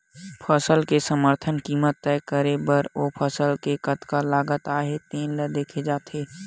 फसल के समरथन कीमत तय करे बर ओ फसल म कतका लागत आए हे तेन ल देखे जाथे